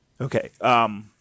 okay